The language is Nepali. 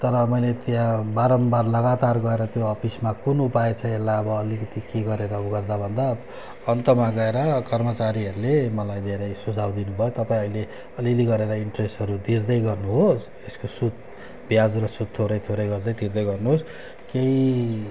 र मैले त्यहाँ बारम्बार लगातार गएर त्यो अफिसमा कुन उपाय छ यसलाई अब अलिकति के गरेर उगर्दा भन्दा अन्तमा गएर कर्मचारीहरूले मलाई धेरै सुझाउ दिनुभयो तपाईँ अहिले अलिअलि गरेर इन्ट्रेस्टहरू तिर्दै गर्नुहोस् त्यसको सुत ब्याज र सुत थोरै थोरै गर्दै तिर्दै गर्नुहोस् केही